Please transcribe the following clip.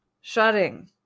shutting